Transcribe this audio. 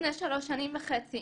לפני שלוש שנים וחצי